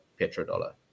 petrodollar